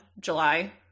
July